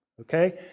Okay